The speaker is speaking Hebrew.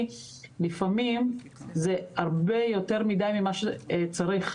ולפעמים זה הרבה יותר מדי ממה שצריך.